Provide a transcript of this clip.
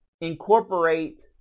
incorporate